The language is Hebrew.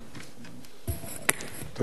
גברתי היושבת בראש,